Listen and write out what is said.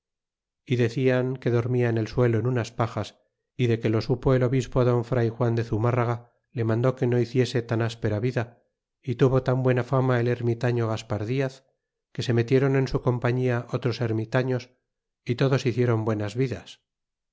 é decían que dormia en el suelo en unas pajas ó de que lo supo el obispo don fray juan de zumarraga le mandó que no hiciese tan áspera vida é tuvo tan tmetia fama el ermitaño gaspar diaz que se metieron en su compañía otros ermitaños é todos hiciéron buenas vidas